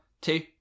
two